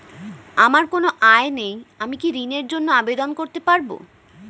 আমার কোনো আয় নেই আমি কি ঋণের জন্য আবেদন করতে পারব?